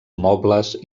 mobles